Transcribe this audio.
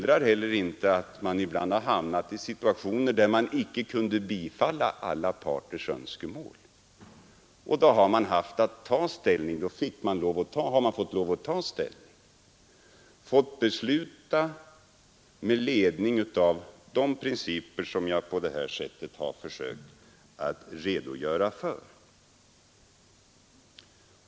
Regeringen har fått besluta med ledning av de principer som jag på detta sätt har försökt redogöra för.